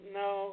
no